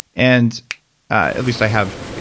and at least i have,